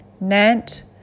Nant